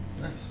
Nice